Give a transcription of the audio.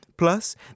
Plus